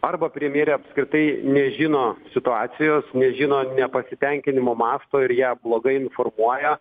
arba premjerė apskritai nežino situacijos nežino nepasitenkinimo masto ir ją blogai informuoja